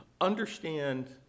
understand